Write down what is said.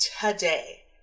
today